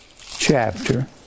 chapter